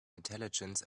intelligence